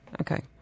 Okay